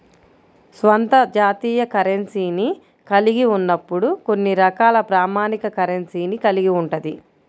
స్వంత జాతీయ కరెన్సీని కలిగి ఉన్నప్పుడు కొన్ని రకాల ప్రామాణిక కరెన్సీని కలిగి ఉంటది